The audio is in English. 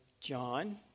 John